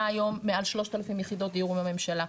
היום מעל 3,000 יחידות דיור עם הממשלה.